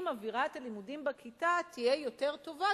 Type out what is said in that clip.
אם אווירת הלימודים בכיתה תהיה יותר טובה,